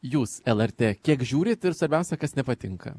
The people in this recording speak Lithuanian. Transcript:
jūs lrt kiek žiūrit ir svarbiausia kas nepatinka